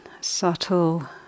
subtle